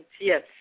yes